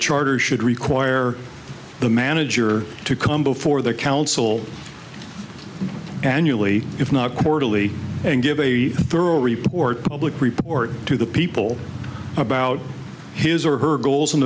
charter should require the manager to come before the council annually if not quarterly and give a thorough report public report to the people about his or her goals and